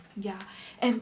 ya and